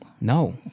No